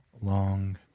long